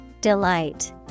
Delight